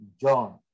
John